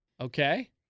Okay